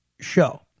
show